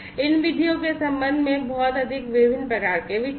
इन विधियों के संबंध में बहुत अधिक विभिन्न प्रकार के विचार